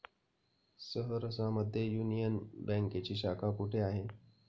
सहरसा मध्ये युनियन बँकेची शाखा कुठे आहे?